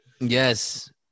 Yes